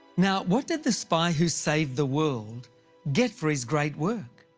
now, what did the spy who saved the world get for his great work?